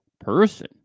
person